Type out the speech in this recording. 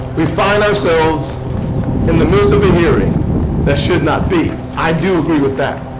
we find ourselves in the midst of a hearing that should not be. i do agree with that.